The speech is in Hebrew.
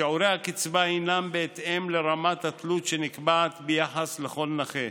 שיעורי הקצבה הינם בהתאם לרמת התלות שנקבעת ביחס לכל נכה.